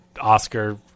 oscar